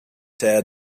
tear